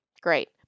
great